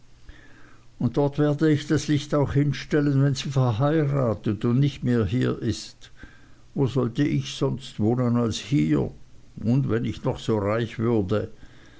und dort werde ich das licht auch hinstellen wenn sie verheiratet und nicht mehr hier ist wo sollte ich sonst wohnen als hier und wenn ich noch so reich würde